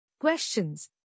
questions